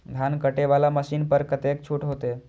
धान कटे वाला मशीन पर कतेक छूट होते?